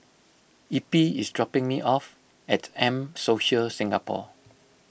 Eppie is dropping me off at M Social Singapore